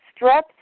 strep